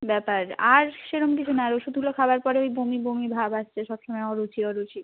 ব্যাপার আর সেরম কিছু না আর ওই ওষুধগুলো খাওয়ার পরে ওই বমি বমি ভাব আসছে সব সময় অরুচি অরুচি ব্যাপার